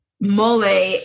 mole